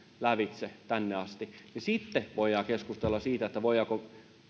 lävitse tänne asti voidaan keskustella siitä voidaanko